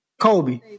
Kobe